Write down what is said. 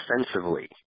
offensively